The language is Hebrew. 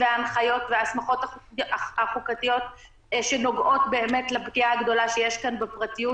ההנחיות וההסמכות החוקתיות שנוגעות באמת לפגיעה הגדולה שיש כאן בפרטיות.